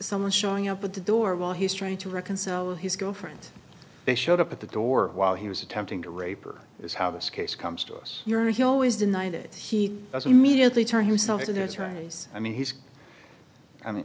someone showing up at the door while he's trying to reconcile with his girlfriend they showed up at the door while he was attempting to rape or is how this case comes to us you're here always denied it he doesn't mediately turn himself so that's right i mean he's i mean